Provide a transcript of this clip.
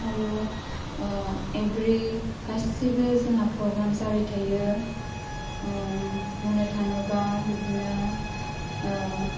आरो इभेरि गासिबो जोंहा प्रग्राम जाबाय थायो ओ बुंनो थाङोबा बिदिनो